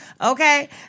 Okay